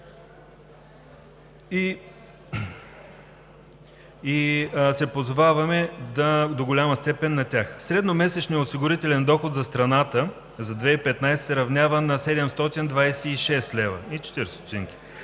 Средномесечният осигурителен доход за страната за 2015 г. се равнява на 726 лв. и 40 ст.